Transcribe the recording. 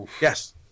Yes